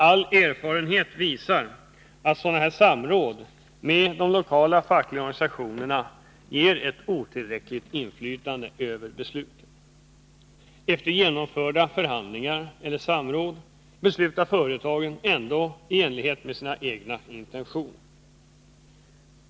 All erfarenhet visar att sådana samråd med de lokala fackliga organisationerna ger ett otillräckligt inflytande över beslutet. Efter genomförda förhandlingar eller samråd beslutar företagen ändå i enlighet med sina egna intentioner.